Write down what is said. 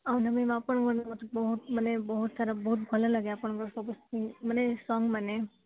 ଆଉ ନା ମ୍ୟାମ୍ ଆପଣଙ୍କର ନା ମୋତେ ବହୁତ ମାନେ ବହୁତ ସାରା ବହୁତ ଭଲ ଲାଗେ ଆପଣଙ୍କର ସବୁ ମାନେ ସଙ୍ଗ୍ ମାନେ